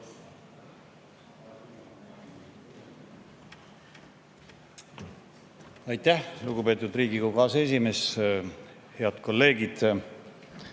Aitäh, lugupeetud Riigikogu aseesimees! Head kolleegid!